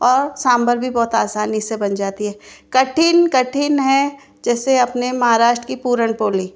और सांभर भी बहुत आसानी से बन जाती है कठिन कठिन है जैसे अपने महाराष्ट्र की पूरनपोली